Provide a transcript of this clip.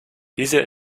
diese